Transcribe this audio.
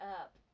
up